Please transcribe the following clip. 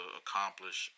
accomplish